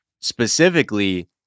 specifically